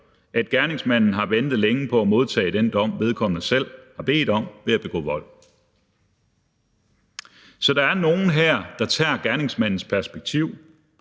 at gerningsmanden har ventet længe på at modtage den dom, vedkommende selv har bedt om ved at begå vold. Så der er nogle her, der ser det fra gerningsmandens perspektiv.